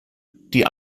die